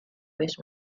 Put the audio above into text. vez